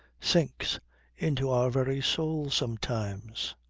sinks into our very soul sometimes.